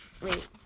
Wait